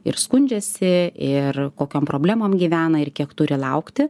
ir skundžiasi ir kokiom problemom gyvena ir kiek turi laukti